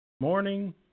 Morning